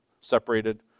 separated